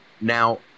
Now